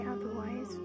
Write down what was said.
otherwise